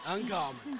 Uncommon